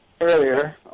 earlier